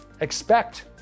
expect